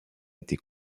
été